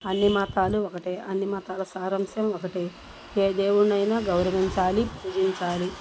అన్నీ మతాలు ఒకటే అన్నీ మతాల సారాంశం ఒకటే ఏ దేవుడ్నైనా గౌరవించాలి పూజించాలి